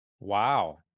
wow